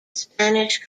spanish